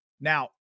Now